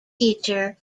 teacher